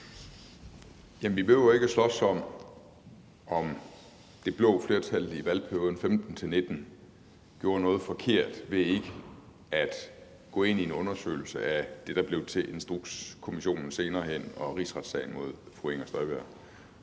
Vi behøver ikke at slås om, om det blå flertal i valgperioden 2015-2019 gjorde noget forkert ved ikke at gå ind i en undersøgelse af det, der blev til Instrukskommissionen senere hen og rigsretssagen mod fru Inger Støjberg.